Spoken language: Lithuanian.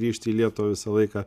grįžt į lietuvą visą laiką